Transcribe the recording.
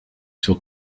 sur